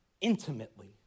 intimately